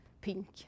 pink